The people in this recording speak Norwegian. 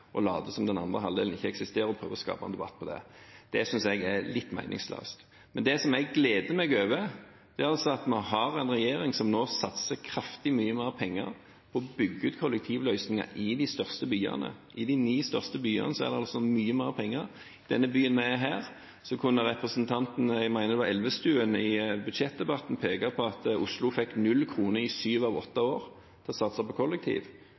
som den andre halvdelen ikke eksisterer, og prøver å skape en debatt av det. Det synes jeg er litt meningsløst. Det som jeg gleder meg over, er at vi har en regjering som nå satser kraftig mye mer penger på å bygge ut kollektivløsninger i de største byene. I de ni største byene er det mye mer penger. Når det gjelder den byen vi er i nå, kunne en representant – jeg mener det var Elvestuen – i budsjettdebatten peke på at Oslo fikk null kroner i syv av åtte år for å satse på